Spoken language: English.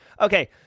Okay